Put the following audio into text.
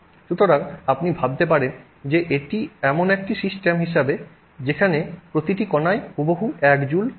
সুতরাং আপনি ভাবতে পারেন এটি এমন একটি সিস্টেম হিসাবে যেখানে প্রতিটি কণায় হুবহু 1 জুল থাকে